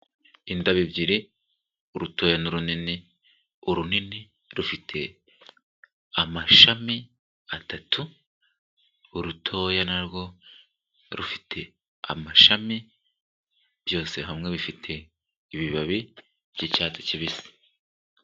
Indabyo ebyiri, urutoya n'urunini, urunini rufite amashami atatu, urutoya na rwo rufite amashami, byose hamwe bifite ibibabi by'icyatsi kibisi.